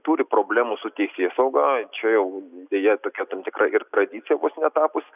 turi problemų su teisėsauga čia jau deja tokia tam tikra ir tradicija vos netapus